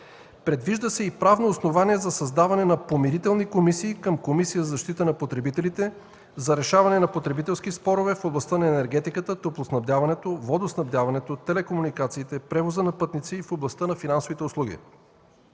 Предвижда се и правно основание за създаването на помирителни комисии към Комисия за защита на потребителите за решаване на потребителски спорове в областта на енергетиката, топлоснабдяването, водоснабдяването, телекомуникациите, превоза на пътници и в областта на финансовите услуги.